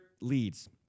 leads